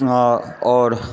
आओर